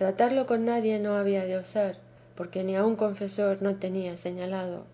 tratarlo con nadie no había de osar porque aun confesor no tenía señalado